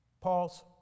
Pause